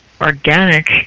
organic